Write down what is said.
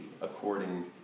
according